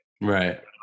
Right